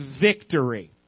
victory